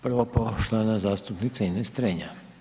Prvo poštovana zastupnica Ines Strenja.